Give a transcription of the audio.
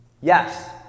Yes